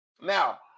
Now